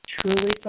truly